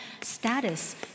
status